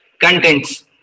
contents